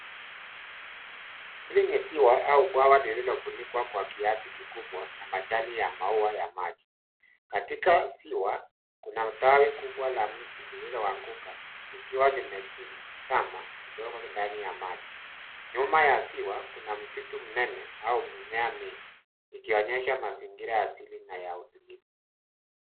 Hili ni ziwa au bwawa lililofunikwa kwa kiasi kikubwa , na majani ya maua ya maji. Katika ziwa, kuna tawi kubwa la mti lililoanguka, likiwa limezama kidogo ndani ya maji. Nyuma ya ziwa, kuna msitu mnene au mimea mingi, ikionyesha mazingira ya asili na ya utulivu.